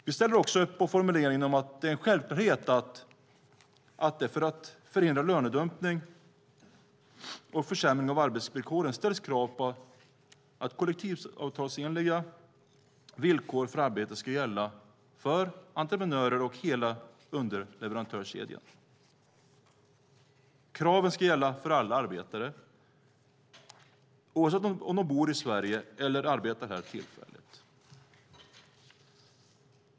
Vi ställer också upp på formuleringen om att det är en självklarhet att det, för att förhindra lönedumpning och försämring av arbetsvillkoren, ställs krav på att kollektivavtalsenliga villkor för arbete ska gälla för entreprenörer och hela underleverantörskedjan. Kravet ska gälla för alla arbetare, oavsett om de bor i Sverige eller arbetar här tillfälligt.